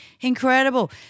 incredible